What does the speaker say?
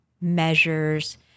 measures